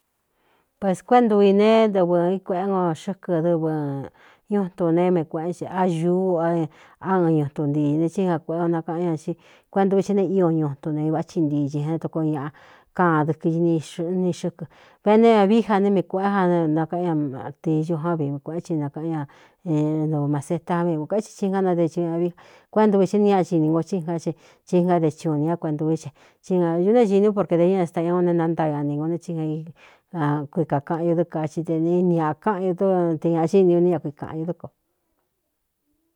Pēskuéꞌe ndu i ne tɨvɨ i kueꞌé nko xɨ́kɨ dɨvɨ ñuntun neé mei kuēꞌé che a ñūú á ɨn ñuntuntiiī ne tsí nga kuēꞌé o nakaꞌán ña í kuéꞌntuvi tsɨ ne ío ñuntun nei váꞌ thi ntiis chi né tokoo ñaꞌa kaan dɨkɨ ni xɨkɨ ve ne ñavií ja ne miꞌi kuēꞌé janakaꞌan ña atiyo ján vii mii kuēꞌén thi nakaꞌan ña ntɨvɨ maseta an vi nū katsi tsi ngá nade ɨ ña vií a kuéꞌentu vi tɨ ni ñaꞌ xini ngo tsí ingá ce ti ingade ci u nī á kueꞌntūví ce tí āñū neéxīní u por kē dé ña e sta ña o ne nantaa ñani gu ne tsí ña ña kuikākaꞌan ño dɨ́ ka ti te nni akaꞌan o dte ñāꞌaxini u né ña kuikaꞌan ño dɨ́ko.